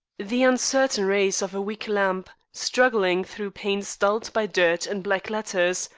the uncertain rays of a weak lamp, struggling through panes dulled by dirt and black letters,